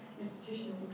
Institutions